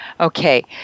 Okay